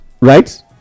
Right